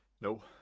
No